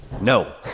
no